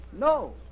No